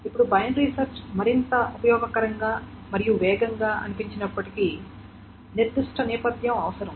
ఇప్పుడు binary search మరింత ఉపయోగకరంగా మరియు వేగంగా అనిపించినప్పటికీ నిర్దిష్ట నేపథ్యం అవసరం